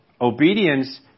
Obedience